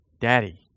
Daddy